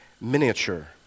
miniature